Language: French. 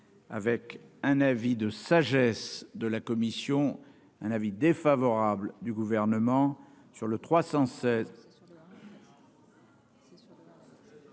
avec un avis de sagesse de la commission, un avis défavorable du gouvernement sur le 316.